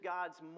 God's